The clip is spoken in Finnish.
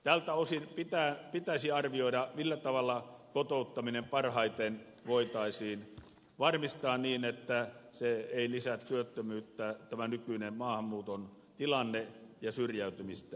tältä osin pitäisi arvioida millä tavalla kotouttaminen parhaiten voitaisiin varmistaa niin että tämä nykyinen maahanmuuton tilanne ei lisää työttömyyttä ja syrjäytymistä